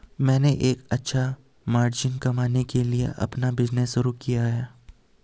मैंने एक अच्छा मार्जिन कमाने के लिए अपना बिज़नेस शुरू किया है